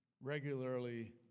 regularly